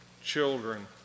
children